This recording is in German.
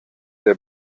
der